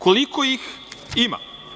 Koliko ih ima?